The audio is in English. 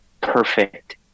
perfect